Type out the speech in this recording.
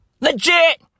legit